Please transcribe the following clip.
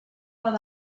while